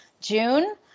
June